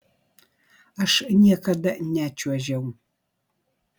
aš niekada nečiuožiau